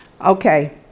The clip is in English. Okay